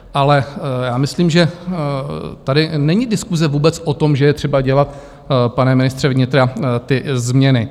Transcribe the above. Ale já myslím, že tady není diskuse vůbec o tom, že je třeba dělat, pane ministře vnitra, ty změny.